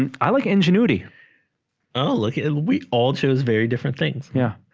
and i like ingenuity oh look it we all chose very different things yeah